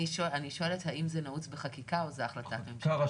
אני שואלת האם זה נעוץ בחקיקה או שזו החלטת ממשלה.